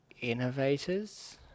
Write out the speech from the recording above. Innovators